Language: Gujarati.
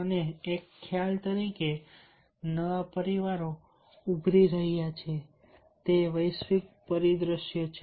અને એક ખ્યાલ તરીકે નવા પરિવારો ઉભરી રહ્યાં છે તે વૈશ્વિક પરિદ્રશ્ય છે